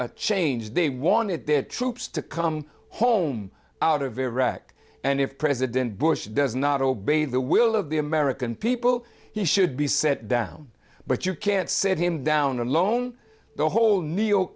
wanted change they wanted their troops to come home out of iraq and if president bush does not obey the will of the american people he should be set down but you can't set him down alone the whole